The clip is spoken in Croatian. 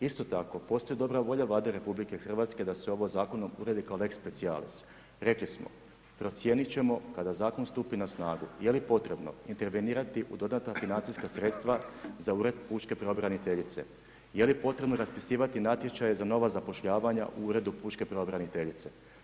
Isto tako postoji dobra volja Vlade RH da se ovo zakonom uredi kao lex specialis, rekli smo procijenit ćemo kada zakon stupi na snagu je li potrebno intervenirati u dodatna financijska sredstva za Ured pučke pravobraniteljice, je li potrebno raspisivati natječaje za nova zapošljavanja u Uredu pučke pravobraniteljice.